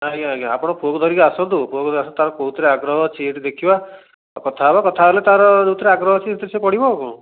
ଆଜ୍ଞା ଆଜ୍ଞା ଆପଣ ପୁଅକୁ ଧରିକି ଆସନ୍ତୁ ପୁଅକୁ ତା'ର କେଉଁଥିରେ ଆଗ୍ରହ ଅଛି ଏଇଠି ଦେଖିବା ଆଉ କଥା ହେବା କଥା ହେଲେ ତା'ର ଯେଉଁଥିରେ ଆଗ୍ରହ ଅଛି ସେଥିରେ ସେ ପଢ଼ିବ ଆଉ କ'ଣ